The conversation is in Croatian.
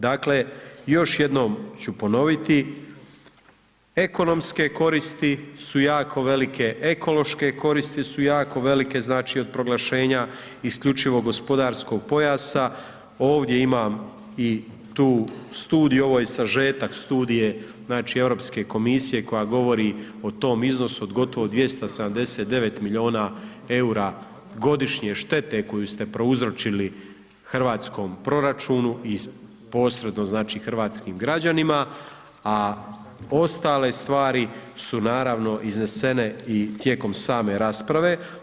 Dakle, još jednom ću ponoviti, ekonomske koristi su jako velike, ekološke koristi su jako velike, znači, od proglašenja isključivog gospodarskog pojasa ovdje imam i tu studiju, ovo je sažetak studije, znači, Europske komisije koja govori o tom iznosu od gotovo 279 milijuna EUR-a štete koju ste prouzročili hrvatskom proračunu i posredno, znači, hrvatskim građanima, a ostale stvari su, naravno, iznesene i tijekom same rasprave.